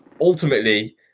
ultimately